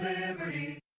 liberty